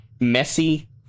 messy